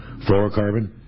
fluorocarbon